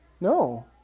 No